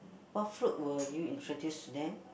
what fruit will you introduce to them